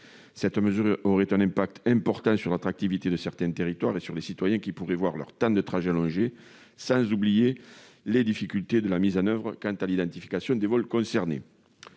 Cette mesure aurait un impact important sur l'attractivité de certains territoires et sur les citoyens, qui pourraient voir leur temps de trajet allongé, sans oublier la difficile identification des vols concernés.